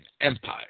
empire